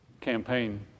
campaign